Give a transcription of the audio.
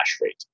rate